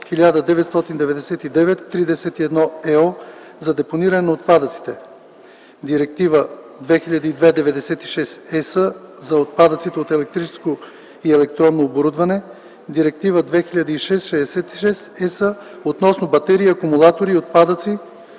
Директива 2002/96/ЕС за отпадъците от електрическо и електронно оборудване, Директива 2006/66/ЕС относно батерии и акумулатори и отпадъци